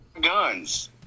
Guns